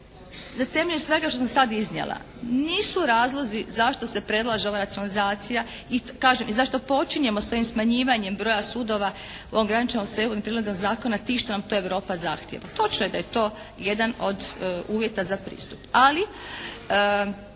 na temelju svega što sam sad iznijela nisu razlozi zašto se predlaže ova racionalizacija i kažem i zašto počinjemo s ovim smanjivanjem broja sudova u ovom … /Govornica se ne razumije./ … zakona tim što nam to Europa zahtijeva. Točno je da je to jedan od uvjeta za pristup.